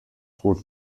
rot